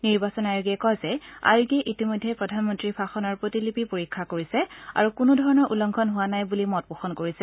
নিৰ্বাচন আয়োগে কয় যে আয়োগে ইতিমধ্যে প্ৰধানমন্ত্ৰীৰ ভাষণৰ প্ৰতিলিপি পৰীক্ষা কৰিছে আৰু কোনোধৰণৰ উলংঘন হোৱা নাই বুলি মত পোষণ কৰিছে